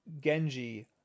Genji